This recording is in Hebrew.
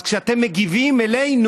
אז כשאתם מגיבים אלינו,